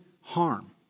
harm